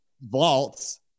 Vaults